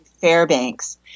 Fairbanks